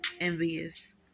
envious